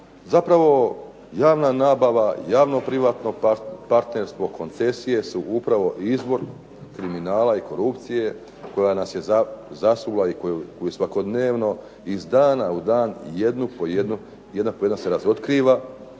Zapravo javna nabava, javno-privatno partnerstvo, koncesije su upravo izvor kriminala i korupcije koja nas je zasula i koju svakodnevno, iz dana u dan, jedan po jedan se razotkriva,